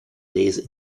lezen